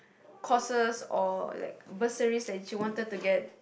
courses or like bursaries that you wanted to get